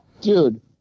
Dude